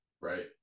Right